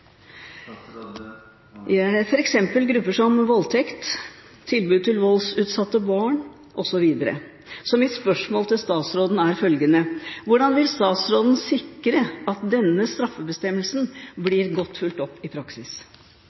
som f.eks. voldtekt, tilbud til voldsutsatte barn osv. Så mitt spørsmål til statsråden er følgende: Hvordan vil statsråden sikre at denne straffebestemmelsen blir godt fulgt opp i praksis?